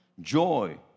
Joy